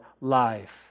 life